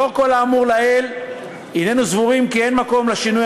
לאור כל האמור לעיל הננו סבורים כי אין מקום לשינוי